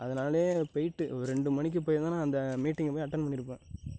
அதனாலேயே போயிட்டு ஓர் ரெண்டு மணிக்கு போயிருந்தா நான் அந்த மீட்டிங்கை போய் அட்டென் பண்ணியிருப்பேன்